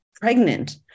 pregnant